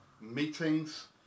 meetings